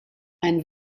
ein